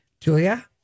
Julia